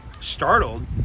Startled